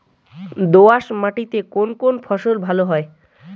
দোঁয়াশ মাটিতে কোন কোন ফসল ভালো হয়?